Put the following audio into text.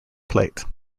plate